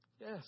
Yes